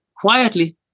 quietly